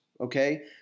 okay